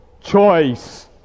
choice